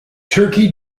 turkey